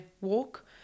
walk